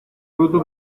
pronto